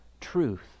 truth